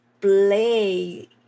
play